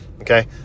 okay